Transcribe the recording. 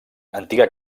antiga